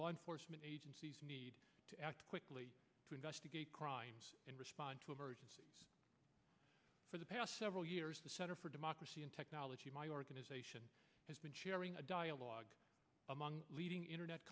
law enforcement agencies need to act quickly to investigate crimes and respond to emergencies for the past several years the center for democracy and technology my organization has been sharing a dialogue among leading internet